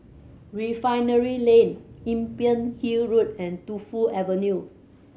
Refinery Lane Imbiah Hill Road and Tu Fu Avenue